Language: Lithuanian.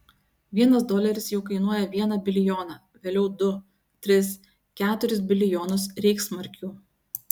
vienas doleris jau kainuoja vieną bilijoną vėliau du tris keturis bilijonus reichsmarkių